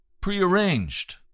prearranged